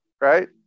Right